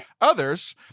others